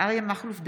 אריה מכלוף דרעי,